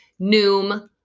Noom